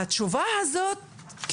התשובה הזאת,